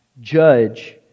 judge